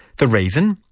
the reason?